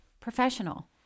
professional